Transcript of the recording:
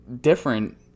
different